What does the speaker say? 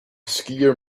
skier